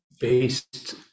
based